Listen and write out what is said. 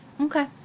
Okay